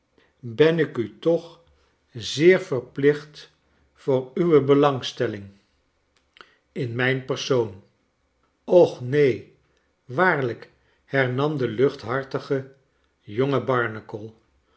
ben ik u toch zeer verplicht voor uwe belangstelling in mijn persoon och neen waarlijk hernam de luchthartige jonge barnacle